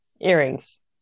earrings